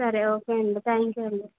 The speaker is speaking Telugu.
సరే ఒకే అండి థ్యాంక్ యూ అండి